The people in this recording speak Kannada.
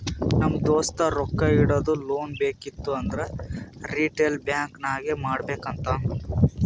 ನಮ್ ದೋಸ್ತ ರೊಕ್ಕಾ ಇಡದು, ಲೋನ್ ಬೇಕಿತ್ತು ಅಂದುರ್ ರಿಟೇಲ್ ಬ್ಯಾಂಕ್ ನಾಗೆ ಮಾಡ್ಬೇಕ್ ಅಂತಾನ್